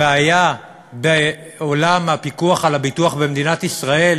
הבעיה בעולם הפיקוח על הביטוח במדינת ישראל